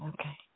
Okay